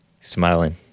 Smiling